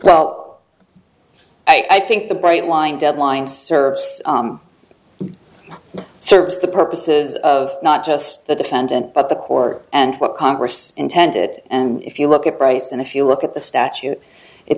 well i think the bright line deadlines service serves the purposes of not just the defendant but the core and what congress intended and if you look at price and if you look at the statute it